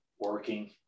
working